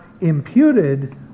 imputed